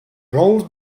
rolled